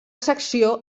secció